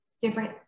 different